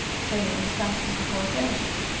sail as fast as the corsair ship,